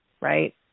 right